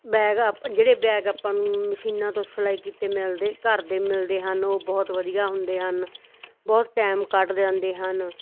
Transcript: bag ਆ ਜਿਹੜੇ bag ਆਪਾਂ ਨੂੰ ਮਸ਼ੀਨਾਂ ਤੋਂ ਸਿਲਾਈ ਕੀਤੇ ਮਿਲਦੇ ਘਰ ਦੇ ਮਿਲਦੇ ਹਨ ਉਹ ਬਹੁਤ ਵਧੀਆ ਹੁੰਦੇ ਹਨ ਬਹੁਤ ਟਾਈਮ ਕੱਢ ਜਾਂਦੇ ਹਨ